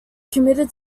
committed